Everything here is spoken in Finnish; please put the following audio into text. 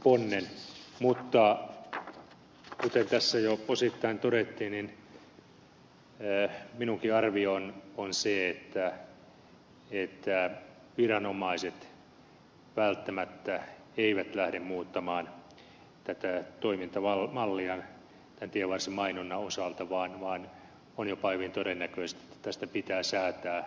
mutta kuten tässä jo osittain todettiin minunkin arvioni on se että viranomaiset välttämättä eivät lähde muuttamaan tätä toimintamallia tienvarsimainonnan osalta vaan on jopa hyvin todennäköistä että tästä pitää säätää lainmuutoksella